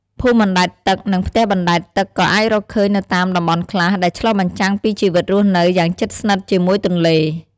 ភូមិអណ្ដែតទឹក និងផ្ទះបណ្ដែតទឹកក៏អាចរកឃើញនៅតាមតំបន់ខ្លះ ដែលឆ្លុះបញ្ចាំងពីជីវិតរស់នៅយ៉ាងជិតស្និទ្ធជាមួយទន្លេ។